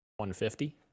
150